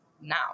now